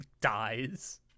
dies